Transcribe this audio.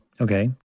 okay